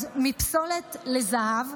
אז מפסולת לזהב.